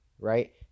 right